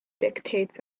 dictates